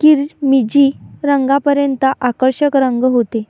किरमिजी रंगापर्यंत आकर्षक रंग होते